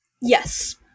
Yes